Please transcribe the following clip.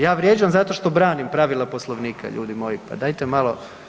Ja vrijeđam zato što branim pravila Poslovnika, ljudi moji, pa dajte malo.